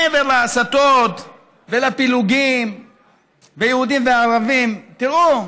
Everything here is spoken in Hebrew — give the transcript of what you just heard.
מעבר להסתות ולפילוגים ויהודים וערבים, תראו,